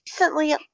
Recently